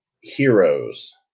Heroes